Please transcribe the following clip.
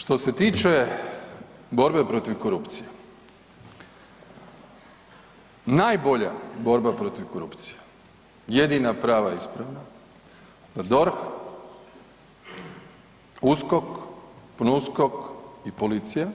Što se tiče borbe protiv korupcije, najbolja borba protiv korupcije, jedina prava i ispravna, kad DORH, USKOK, PNUSKOK u policija